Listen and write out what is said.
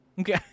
Okay